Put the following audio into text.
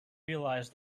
realize